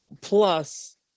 Plus